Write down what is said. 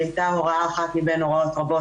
והיא הייתה הוראה אחת מבין הוראות רבות